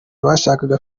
bashakaga